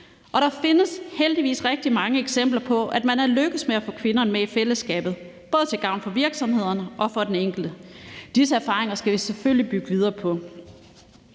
Der findes heldigvis rigtig mange eksempler på, at man er lykkedes med at få kvinderne med i fællesskabet, både til gavn for virksomhederne og for den enkelte. Disse erfaringer skal vi selvfølgelig bygge videre på.